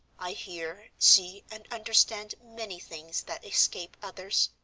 i hear, see, and understand many things that escape others.